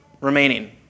remaining